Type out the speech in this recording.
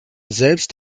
selbst